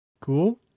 Cool